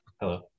Hello